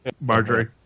Marjorie